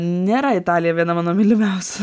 nėra italija viena mano mylimiausių